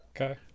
Okay